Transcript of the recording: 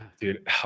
dude